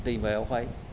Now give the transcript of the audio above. दैमायावहाय